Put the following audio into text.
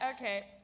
okay